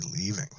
leaving